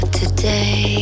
today